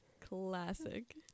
Classic